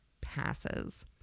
passes